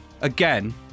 again